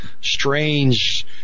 strange